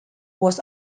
was